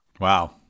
Wow